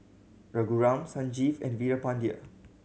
Raghuram Sanjeev and Veerapandiya